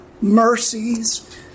mercies